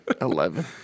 Eleven